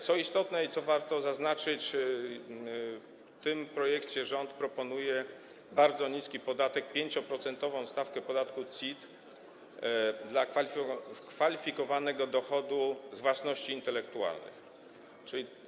Co istotne i co warto zaznaczyć, w tym projekcie rząd proponuje bardzo niski podatek, 5-procentową stawkę podatku CIT dla kwalifikowanego dochodu z praw własności intelektualnej.